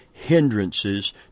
hindrances